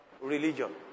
religion